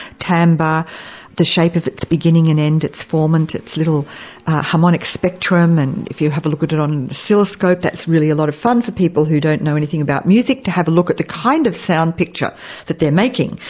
timbre, the shape of its beginning and end, its form and its little harmonic spectrum. and if you have a look at it on an oscilloscope, that's really a lot of fun for people who don't know anything about music to have a look at the kind of sound picture that they're making.